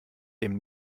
dem